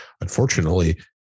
Unfortunately